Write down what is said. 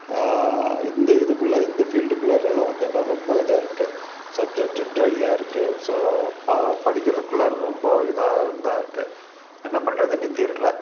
இந்த இதுக்குள்ளே இந்த ஃபீல்டுக்குள்ளாறலாம் வந்தோனா ரொம்ப இதாக இருக்குது சப்ஜெக்ட்டு ட்ரையாயிருக்குது ஸோ படிக்கிறதுக்குள்ளே ரொம்ப இதாக தான் இருக்குது என்ன பண்ணுறதுன்னே தெரில